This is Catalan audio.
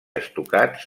estucats